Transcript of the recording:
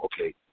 okay